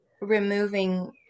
removing